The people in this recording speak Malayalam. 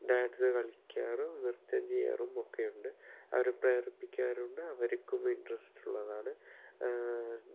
ഡാൻസ് കളിക്കാറും നൃത്തം ചെയ്യാറും ഒക്കെ ഉണ്ട് അവർ പ്രേരിപ്പിക്കാറുണ്ട് അവർക്കും ഇൻറ്റെർസ്റ്റ് ഉള്ളതാണ്